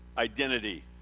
Identity